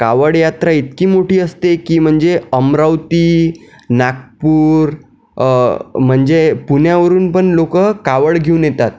कावड यात्रा इतकी मोठी असते की म्हणजे अमरावती नागपूर म्हणजे पुण्यावरून पण लोक कावड घेऊन येतात